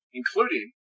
including